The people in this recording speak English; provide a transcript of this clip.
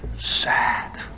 sad